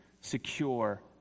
secure